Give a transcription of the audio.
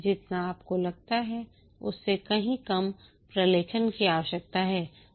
जितना आपको लगता है उससे कहीं कम प्रलेखन की आवश्यकता है